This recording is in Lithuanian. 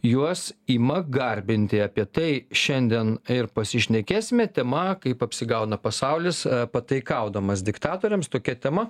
juos ima garbinti apie tai šiandien ir pasišnekėsime tema kaip apsigauna pasaulis pataikaudamas diktatoriams tokia tema